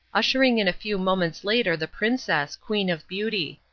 ushering in a few moments later the princess, queen of beauty.